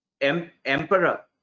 emperor